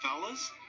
Fellas